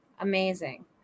Amazing